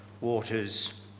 waters